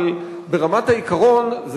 אבל ברמת העיקרון,